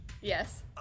Yes